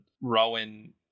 Rowan